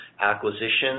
acquisitions